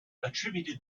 attributed